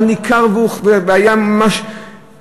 אבל ניכר ממש והיה מוחשי